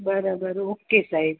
બરાબર ઓકે સાહેબ